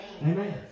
Amen